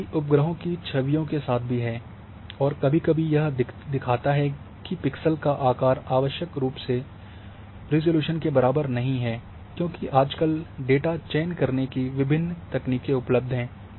ऐसा ही उपग्रहों की छवियों के साथ भी है और कभी कभी यह दिखाता है कि पिक्सेल का आकार आवश्यक रूप से रिज़ॉल्यूशन के बराबर नहीं है क्योंकि आजकल डेटा चयन करने की विभिन्न तकनीक उपलब्ध हैं